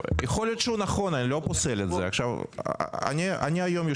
יכול להיות שהוא נכון, אני לא פוסל את זה.